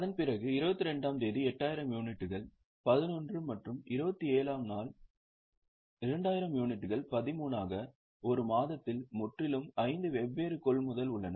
அதன் பிறகு 22 ஆம் தேதி 8000 யூனிட்டுகள் 11 மற்றும் 27 ஆம் நாள் 2000 யூனிட்டுகள் 13 ஆக ஒரு மாதத்தில் முற்றிலும் ஐந்து வெவ்வேறு கொள்முதல் உள்ளன